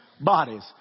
bodies